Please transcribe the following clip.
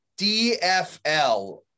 DFL